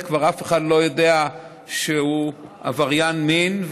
וכבר אף אחד לא יודע שהוא עבריין מין,